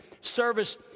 service